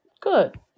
good